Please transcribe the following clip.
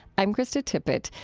i'm krista tippett.